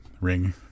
Ring